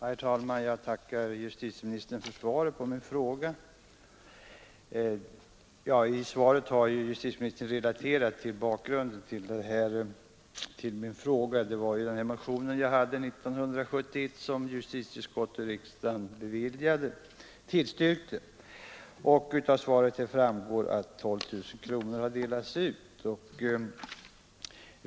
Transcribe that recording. Herr talman! Jag tackar justitieministern för svaret på min fråga. I svaret har ju justitieministern relaterat bakgrunden till frågan — det är den motion jag väckte 1971 som justitieutskottet tillstyrkte och kammaren biföll. Av svaret framgår att 12 000 kronor har delats ut.